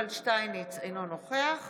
אינו נוכח